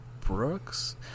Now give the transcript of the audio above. Brooks